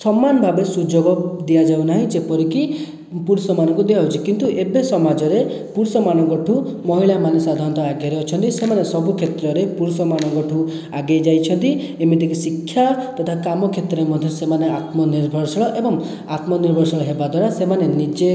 ସମାନ ଭାବରେ ସୁଯୋଗ ଦିଆଯାଉନାହିଁ ଯେପରିକି ପୁରୁଷମାନଙ୍କୁ ଦିଆଯାଉଛି କିନ୍ତୁ ଏବେ ସମାଜରେ ପୁରୁଷମାନଙ୍କଠୁ ମହିଳାମାନେ ସାଧାରଣତଃ ଆଗରେ ଅଛନ୍ତି ସେମାନେ ସବୁ କ୍ଷେତ୍ରରେ ପୁରୁଷମାନଙ୍କଠୁ ଆଗେଇ ଯାଇଛନ୍ତି ଏମିତିକି ଶିକ୍ଷା ତଥା କାମ କ୍ଷେତ୍ରରେ ମଧ୍ୟ ସେମାନେ ଆତ୍ମନିର୍ଭରଶୀଳ ଏବଂ ଆତ୍ମନିର୍ଭରଶୀଳ ହେବା ଦ୍ୱାରା ସେମାନେ ନିଜେ ଏକ